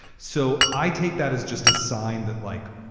so i take that as just a sign that, like,